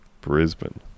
Brisbane